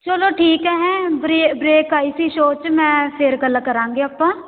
ਚਲੋ ਠੀਕ ਹੈ ਹੈਂ ਬਰੇ ਬਰੇਕ ਆਈ ਸੀ ਸ਼ੋਅ 'ਚ ਮੈਂ ਫਿਰ ਗੱਲ ਕਰਾਂਗੇ ਆਪਾਂ